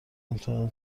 امتحان